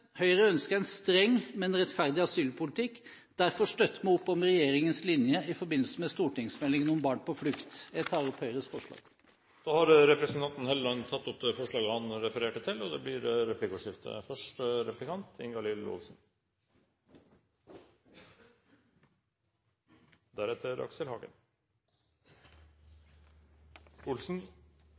Høyre ønsker en streng, men rettferdig asylpolitikk. Derfor støtter vi opp om regjeringens linje i forbindelse med stortingsmeldingen om barn på flukt. Jeg tar opp Høyres forslag. Representanten Trond Helleland har tatt opp det forslaget han refererte til. Det blir replikkordskifte.